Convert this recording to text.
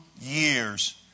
years